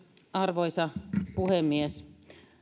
arvoisa puhemies